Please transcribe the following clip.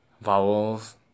vowels